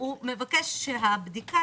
הוא מבקש שהבדיקה